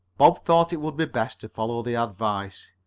bob thought it would be best to follow the advice.